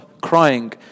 crying